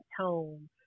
tone